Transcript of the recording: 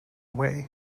way